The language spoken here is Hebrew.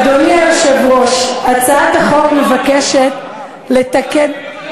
אדוני היושב-ראש, הצעת החוק מבקשת לתקן,